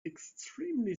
extremely